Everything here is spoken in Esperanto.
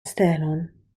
stelon